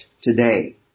today